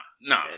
No